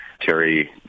Terry